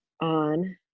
on